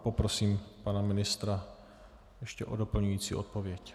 Poprosím pana ministra ještě o doplňující odpověď.